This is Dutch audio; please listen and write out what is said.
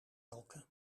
elke